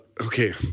okay